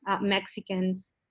Mexicans